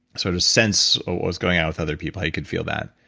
sort of sense what was going on with other people, how you could feel that.